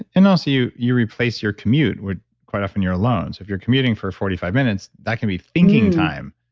and also you you replace your commute where quite often you're alone. so if you're commuting for forty forty five minutes, that can be thinking time.